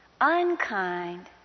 Unkind